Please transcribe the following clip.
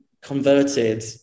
converted